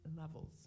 levels